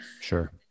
Sure